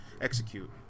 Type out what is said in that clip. execute